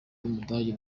w’umudage